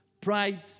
Pride